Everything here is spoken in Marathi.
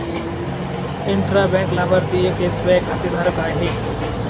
इंट्रा बँक लाभार्थी एक एस.बी.आय खातेधारक आहे